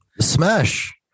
smash